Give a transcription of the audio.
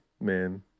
man